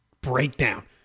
breakdown